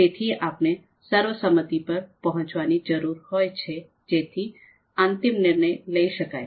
તેથી આપણે સર્વસંમતિ પર પહોંચવાની જરૂર હોય છે કે જેથી અંતિમ નિર્ણય લઈ શકાય